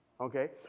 Okay